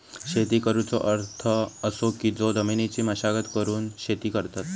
शेती करुचो अर्थ असो की जो जमिनीची मशागत करून शेती करतत